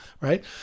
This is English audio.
right